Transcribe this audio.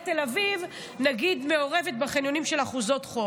תל אביב מעורבת בחניונים של אחוזות חוף,